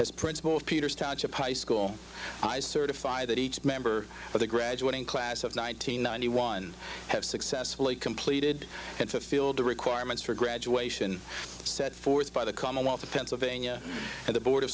his principal peter's touch of high school i certify that each member of the graduating class of nineteen ninety one have successfully completed and to field the requirements for graduation set forth by the commonwealth of pennsylvania and the board